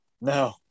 No